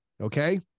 okay